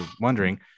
wondering